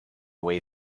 way